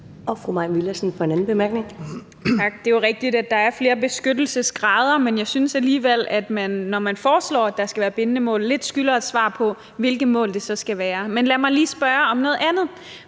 19:41 Mai Villadsen (EL): Tak. Det er jo rigtigt, at der er flere beskyttelsesgrader, men jeg synes alligevel, at man, når man foreslår, at der skal være bindende mål, lidt skylder et svar på, hvilke mål det så skal være. Men lad mig lige spørge om noget andet.